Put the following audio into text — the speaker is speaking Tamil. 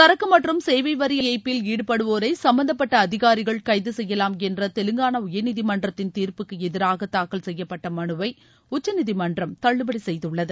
சரக்கு மற்றும் சேவை வரி ஏய்ப்பில் ஈடுபடுவோரை சம்மந்தப்பட்ட அதிகாரிகள் கைது செய்யலாம் என்ற தெலங்கானா உயர்நீதிமன்றத்தின் தீர்ப்புக்கு எதிராக தாக்கல் செய்யப்பட்ட மனுவை உச்சநீதிமன்றம் தள்ளுபடி செய்துள்ளது